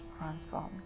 transformed